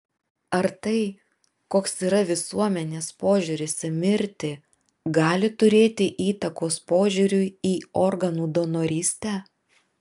ar tai koks yra visuomenės požiūris į mirtį gali turėti įtakos požiūriui į organų donorystę